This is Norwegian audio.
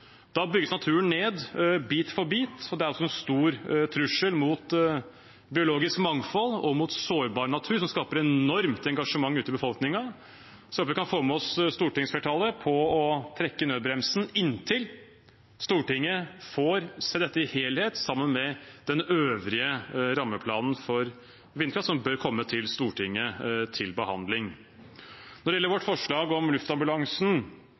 Da bygges naturen ned bit for bit, og det er en stor trussel mot biologisk mangfold og mot sårbar natur som skaper enormt engasjement ute i befolkningen. Så jeg håper vi kan få med oss stortingsflertallet på å trekke i nødbremsen inntil Stortinget får se dette i helhet, sammen med den øvrige rammeplanen for vindkraft, som bør komme til Stortinget til behandling. Når det gjelder vårt forslag om luftambulansen,